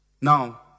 Now